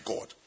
God